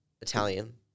Italian